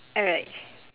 alright